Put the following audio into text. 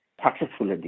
successful